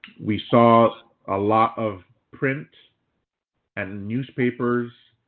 we saw a lot of print and newspapers,